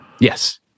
Yes